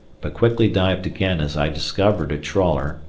but quickly dived again as i discovered a trawler,